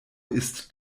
ist